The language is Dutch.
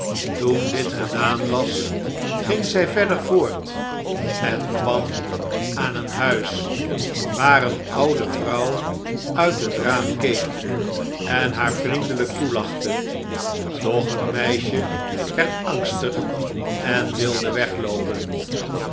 toen dit gedaan was ging zij verder voort en kwam aan een huis waar eene oude vrouw uit het raam keek en haar vriendelijk toelachte doch het meisje werd angstig en wilde wegloopen